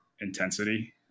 intensity